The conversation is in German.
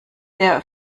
der